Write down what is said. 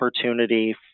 opportunity